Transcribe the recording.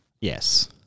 Yes